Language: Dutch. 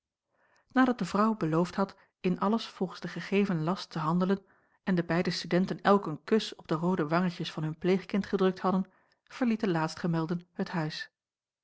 nadat de vrouw beloofd had in alles volgens den gegeven last te handelen en de beide studenten elk een kus op de roode wangetjes van hun pleegkind gedrukt hadden verlieten laatstgemelden het huis